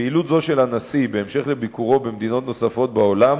פעילות זו של הנשיא בהמשך לביקורו במדינות נוספות בעולם